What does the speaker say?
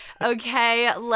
Okay